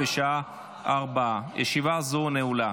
בשעה 16:00. ישיבה זו נעולה.